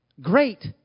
great